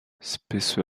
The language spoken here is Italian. spesso